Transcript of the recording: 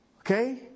Okay